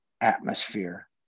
atmosphere